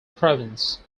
province